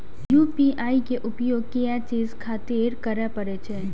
UPI के उपयोग किया चीज खातिर करें परे छे?